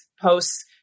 posts